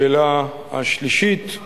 לשאלה השלישית,